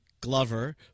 Glover